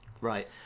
Right